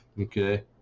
Okay